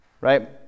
right